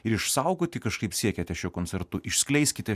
ir išsaugoti kažkaip siekiate šiuo koncertu išskleiskite